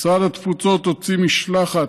משרד התפוצות הוציא משלחת,